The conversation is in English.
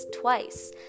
twice